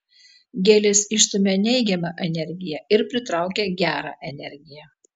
gėlės išstumia neigiamą energiją ir pritraukia gerą energiją